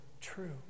true